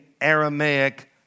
Aramaic